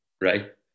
right